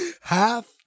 Half